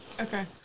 Okay